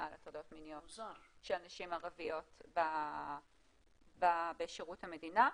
על הטרדות מיניות של נשים ערביות בשירות המדינה.